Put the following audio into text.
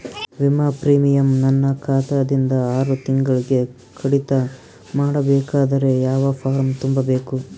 ವಿಮಾ ಪ್ರೀಮಿಯಂ ನನ್ನ ಖಾತಾ ದಿಂದ ಆರು ತಿಂಗಳಗೆ ಕಡಿತ ಮಾಡಬೇಕಾದರೆ ಯಾವ ಫಾರಂ ತುಂಬಬೇಕು?